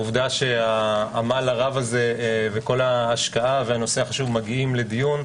העובדה שהעמל הרב הזה וכל ההשקעה והנושא החשוב מגיעים לדיון,